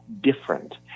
different